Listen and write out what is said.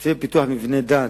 תקציבי פיתוח מבני דת,